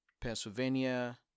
Pennsylvania